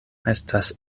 estas